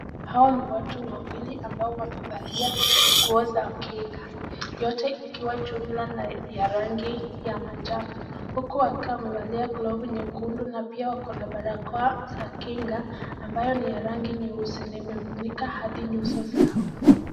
Hao ni watu wawili ambao wamevalia nguo za kinga, yote ikiwa jumla na ya rangi ya manjano huku wakiwa wamevalia glovu nyekundu na pia wakona barakoa za kinywa ambayo ni ya rangi nyeusi na imefunika hadi nyuso zao.